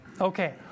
Okay